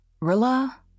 Rilla